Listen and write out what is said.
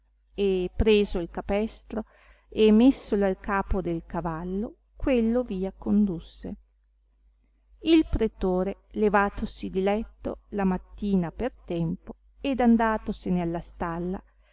e preso il capestro e messolo al capo del cavallo quello via condusse il pretore levatosi di letto la mattina per tempo ed andatosene alla stalla